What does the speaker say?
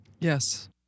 Yes